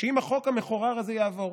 אם החוק המחורר הזה יעבור.